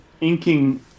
inking